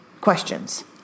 Questions